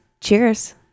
Cheers